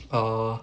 err